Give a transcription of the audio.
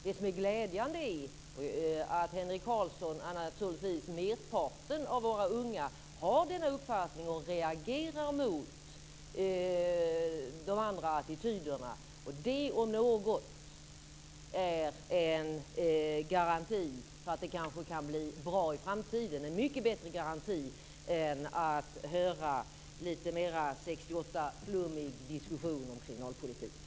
Det glädjande är att Henric Carlsson, och naturligtvis merparten av våra unga, har denna uppfattning och reagerar mot de andra attityderna. Det om något är en garanti för att det kanske kan bli bra i framtiden - en mycket bättre garanti än att höra lite mer 68 flummig diskussion om kriminalpolitik.